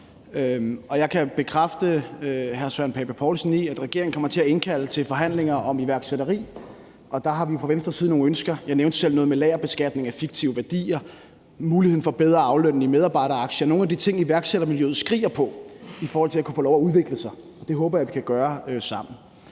Poulsen i, at regeringen kommer til at indkalde til forhandlinger om iværksætteri, og der har vi fra Venstres side nogle ønsker. Jeg nævnte selv noget med lagerbeskatning af fiktive værdier, og der er muligheden for bedre at aflønne med medarbejderaktier – nogle af de ting, iværksættermiljøet skriger på i forhold til at kunne få lov at udvikle sig. Det håber jeg vi kan gøre sammen.